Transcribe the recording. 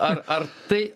ar ar tai